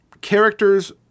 characters